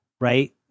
right